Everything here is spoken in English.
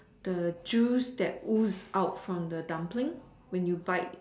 the juice that ooze out from the dumpling when you bite